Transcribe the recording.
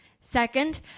Second